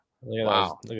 wow